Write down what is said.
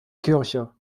kirche